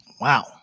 Wow